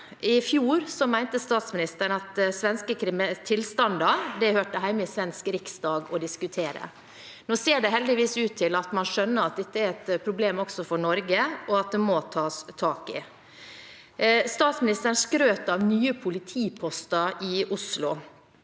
I fjor mente statsministeren at diskusjonen om svenske tilstander hørte hjemme i den svenske riksdagen. Nå ser det heldigvis ut til at man skjønner at dette er et problem også for Norge, og at det må tas tak i. Statsministeren skrøt av nye politiposter i Oslo.